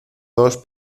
dos